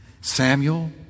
Samuel